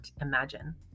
imagine